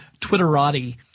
Twitterati